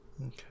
Okay